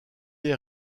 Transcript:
est